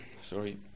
Sorry